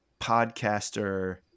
podcaster